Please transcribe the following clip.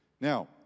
Now